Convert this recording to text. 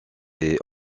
est